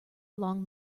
along